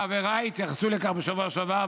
חבריי התייחסו לכך בשבוע שעבר,